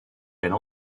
elle